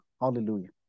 Hallelujah